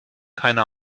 keine